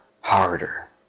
harder